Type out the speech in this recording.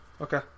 Okay